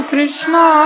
Krishna